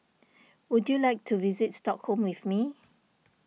would you like to visit Stockholm with me